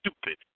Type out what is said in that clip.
stupid